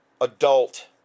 adult